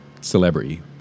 celebrity